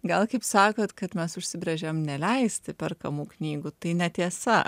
gal kaip sakot kad mes užsibrėžėm neleisti perkamų knygų tai netiesa